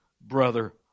brother